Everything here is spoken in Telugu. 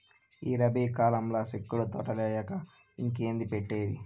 ఈ రబీ కాలంల సిక్కుడు తోటలేయక ఇంకేంది పెట్టేది